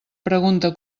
pregunta